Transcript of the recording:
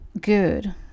good